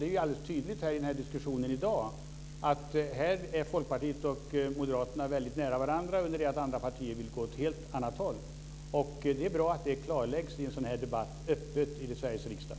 Det är tydligt i diskussionen i dag att Folkpartiet och Moderaterna ligger nära varandra under det att andra partier vill gå åt helt annat håll. Det är bra att det klarläggs i en sådan här debatt, öppet i Sveriges riksdag.